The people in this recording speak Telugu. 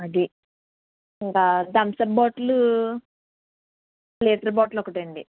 అదీ ఇంకా ధమ్సప్ బాటిల్ లీటర్ బాటిల్ ఒకటండీ